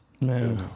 Man